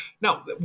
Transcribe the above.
Now